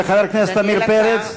וחבר הכנסת עמיר פרץ?